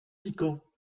piquant